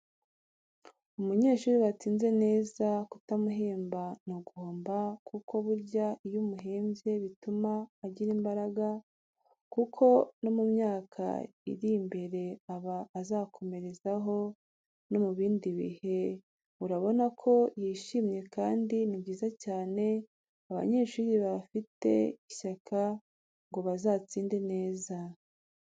Umunyeshuri watsinze neza kutamuhemba ni uguhomba kuko burya iyo umuhembye bituma agira imbaraga kuko no mu myaka iri imbere aba azakomerezaho no mu bindi bihe, urabona ko yishimye kandi ni byiza cyane, abanyeshuri baba bafite ishyaka ngo bazatsinde neza.